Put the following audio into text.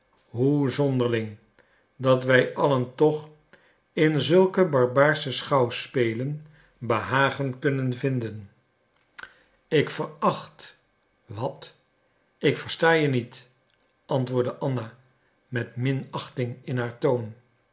hoe zonderling dat wij allen toch in zulke barbaarsche schouwspelen behagen kunnen vinden ik veracht wat ik versta je niet antwoordde anna met minachting in haar toon